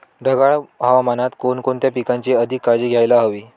ढगाळ हवामानात कोणकोणत्या पिकांची अधिक काळजी घ्यायला हवी?